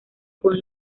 con